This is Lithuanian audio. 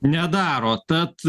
nedaro tad